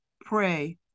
pray